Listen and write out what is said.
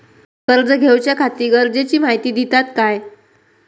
कर्ज घेऊच्याखाती गरजेची माहिती दितात काय?